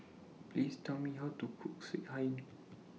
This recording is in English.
Please Tell Me How to Cook Sekihan